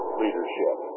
leadership